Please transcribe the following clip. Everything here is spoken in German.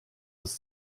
das